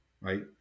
right